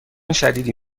شدیدی